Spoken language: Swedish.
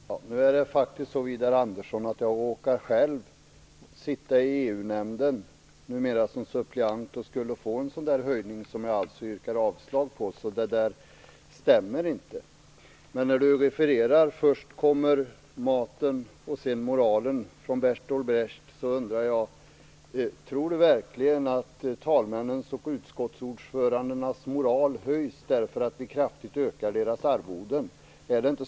Herr talman! Nu är det faktiskt så, Widar Andersson, att jag själv råkar sitta i EU-nämnden, numera som suppleant. Jag skulle alltså få en sådan höjning av arvodet som jag yrkar avslag på, så det som Widar Andersson säger stämmer ju inte. Widar Andersson refererade till Berthold Brecht: Först maten, sedan moralen. Tror Widar Andersson verkligen att talmännens och utskottsordförandenas moral höjs därför att vi kraftigt höjer deras arvoden?